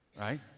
right